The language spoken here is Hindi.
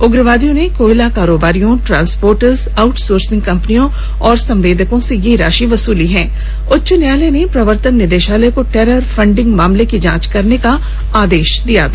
उग्रवादियों ने कोयला कारोबारियों ट्रांसपोटर्स आउटसोर्सिंग कंपनियों और संवेदकों से यह राशि वसूली है उच्च न्यायालय ने प्रवर्तन निदेशालय को टेरर फंडिंग मामले की जांच करने का आदेश दिया था